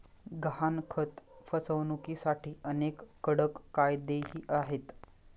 गहाणखत फसवणुकीसाठी अनेक कडक कायदेही आहेत